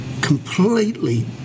completely